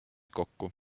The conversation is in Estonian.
kokku